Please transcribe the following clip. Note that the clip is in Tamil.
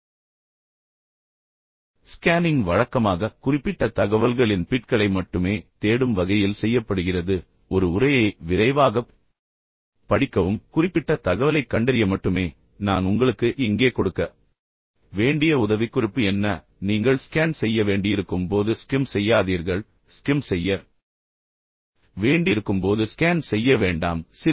இப்போது ஸ்கேனிங் வழக்கமாக குறிப்பிட்ட தகவல்களின் பிட்களை மட்டுமே தேடும் வகையில் செய்யப்படுகிறது பின்னர் ஒரு உரையை விரைவாகப் படிக்கவும் குறிப்பிட்ட தகவலைக் கண்டறிய மட்டுமே நான் உங்களுக்கு இங்கே கொடுக்க வேண்டிய உதவிக்குறிப்பு என்ன நீங்கள் உண்மையில் ஸ்கேன் செய்ய வேண்டியிருக்கும் போது ஸ்கிம் செய்யாதீர்கள் ஸ்கிம் செய்ய வேண்டியிருக்கும் போது ஸ்கேன் செய்ய வேண்டாம் அப்படி என்றால் என்ன